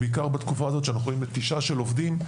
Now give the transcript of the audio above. בעיקר בתקופה הזאת שאנחנו רואים נטישה של עובדים.